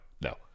No